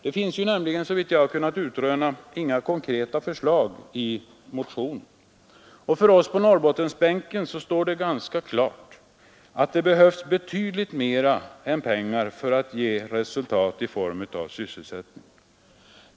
Det finns nämligen såvitt jag har kunnat utröna inga konkreta förslag i motionen, och för oss på Norrbottensbänken står det ganska klart att det behövs mycket annat än pengar för att få resultat i form av sysselsättning.